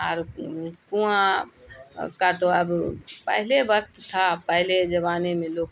اور کنواں کا تو اب پہلے وقت تھا پہلے زمانے میں لوگ